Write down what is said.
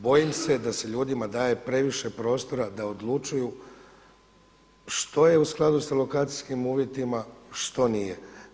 Bojim se da se ljudima daje previše prostora da odlučuju što je u skladu sa lokacijskim uvjetima, što nije.